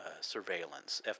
surveillance